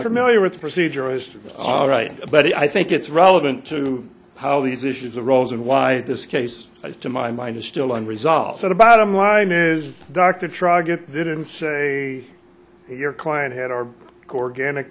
familiar with the procedural history all right but i think it's relevant to how these issues arose and why this case to my mind is still unresolved so the bottom line is dr trog it didn't say your client had our cor